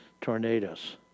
tornadoes